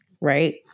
Right